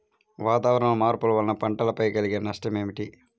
వాతావరణంలో మార్పుల వలన పంటలపై కలిగే నష్టం ఏమిటీ?